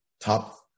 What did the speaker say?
top